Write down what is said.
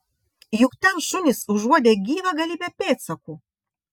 juk ten šunys užuodė gyvą galybę pėdsakų